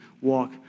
walk